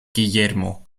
guillermo